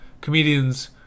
comedians